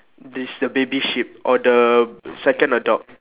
this the baby sheep or the second adult